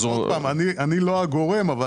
שוב, אני לא הגורם.